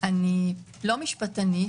אני לא משפטנית.